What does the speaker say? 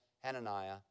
Hananiah